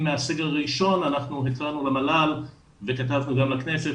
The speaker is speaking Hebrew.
הראשון התרענו למל"ל וכתבנו גם לכנסת,